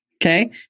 Okay